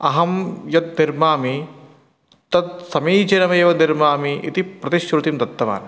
अहं यत् निर्मामि तत् समीचीनमेव निर्मामि इति प्रतिश्रुतिं दत्तवान्